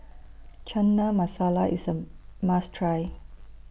Chana Masala IS A must Try